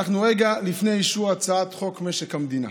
אנחנו רגע לפני אישור הצעת חוק-יסוד: משק המדינה.